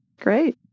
great